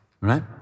right